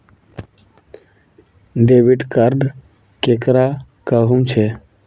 Debit card केकरा कहुम छे?